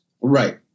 Right